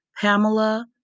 Pamela